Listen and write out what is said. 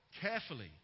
carefully